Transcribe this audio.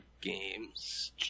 games